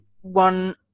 one